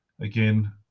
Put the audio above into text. again